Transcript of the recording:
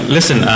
Listen